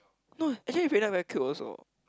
no actually Raynerd very cute also